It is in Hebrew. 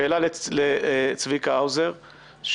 שאלה לצביקה האוזר,